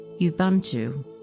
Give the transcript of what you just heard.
Ubuntu